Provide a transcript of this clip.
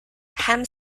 ham